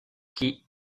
qui